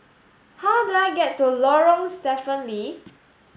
how do I get to Lorong Stephen Lee